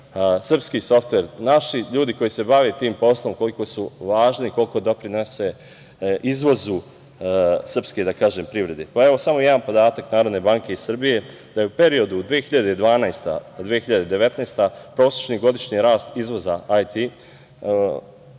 srpski softver, naši ljudi koji se bave tim poslom, koliko su važni, koliko doprinose izvozu srpske privrede. Samo jedan podatak Narodne banke Srbije da je u periodu od 2012. do 2019. godine prosečni godišnji rast izvoza IT